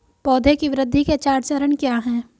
पौधे की वृद्धि के चार चरण क्या हैं?